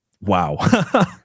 wow